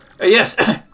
Yes